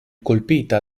colpita